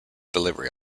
delivery